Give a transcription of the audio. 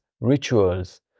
rituals